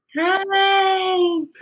Hi